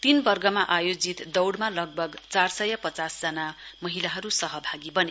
तीन वर्गमा आयोजित दौड़मा लगभग चार सय पचासजना महिलाहरू सहभागी बने